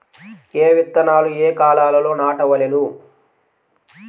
ఏ విత్తనాలు ఏ కాలాలలో నాటవలెను?